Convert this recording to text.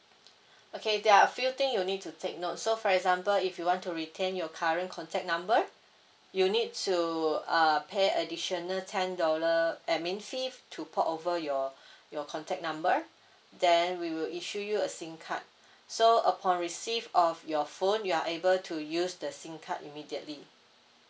okay there are a few thing you need to take note so for example if you want to retain your current contact number you need to uh pay additional ten dollar administration fee to pot over your your contact number then we will issue you a SIM card so upon receive of your phone you are able to use the SIM card immediately